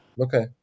okay